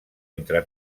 entre